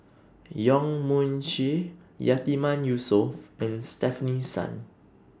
Yong Mun Chee Yatiman Yusof and Stefanie Sun